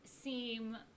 seem